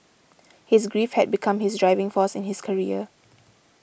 his grief had become his driving force in his career